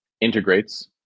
integrates